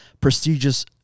prestigious